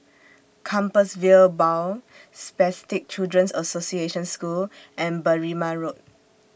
Compassvale Bow Spastic Children's Association School and Berrima Road